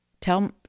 Tell